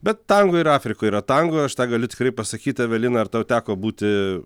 bet tango ir afrikoj yra tango aš tą galiu tikrai pasakyti evelina ar tau teko būti